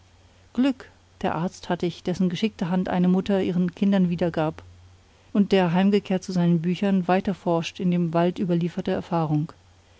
glück der arzt hat dich dessen geschickte hand eine mutter ihren kindern wiedergab und der heimgekehrt zu seinen büchern weiter forscht in dem wald überlieferter erfahrung